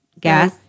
Gas